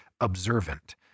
observant